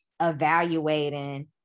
evaluating